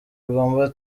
bigomba